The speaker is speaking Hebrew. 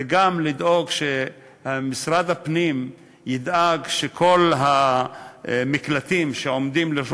וגם לדאוג שמשרד הפנים ידאג שכל המקלטים שעומדים לרשות